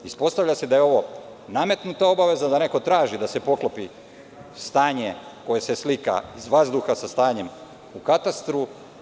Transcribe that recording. Ispostavlja se da je ovo nametnuta obaveza, da neko traži da se poklopi stanje koje se slika iz vazduha, sa stanjem u katastru.